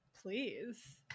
please